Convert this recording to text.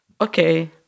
okay